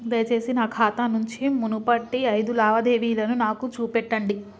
దయచేసి నా ఖాతా నుంచి మునుపటి ఐదు లావాదేవీలను నాకు చూపెట్టండి